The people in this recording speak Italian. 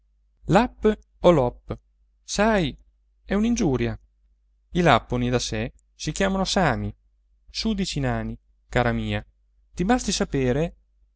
lap o lop sai è un'ingiuria i lapponi da sé si chiamano sami sudici nani cara mia ti basti sapere